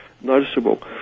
noticeable